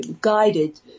guided